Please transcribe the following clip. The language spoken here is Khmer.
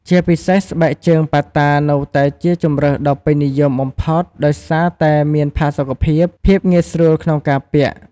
ជាពិសេស ស្បែកជើងប៉ាតានៅតែជាជម្រើសដ៏ពេញនិយមបំផុតដោយសារតែមានផាសុកភាព ភាពងាយស្រួលក្នុងការពាក់។